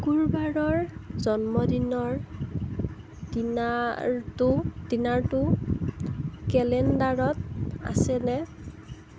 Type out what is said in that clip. শুক্ৰবাৰৰ জন্মদিনৰ ডিনাৰটো ডিনাৰটো কেলেণ্ডাৰত আছেনে